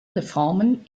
reformen